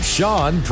Sean